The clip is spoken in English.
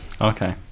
Okay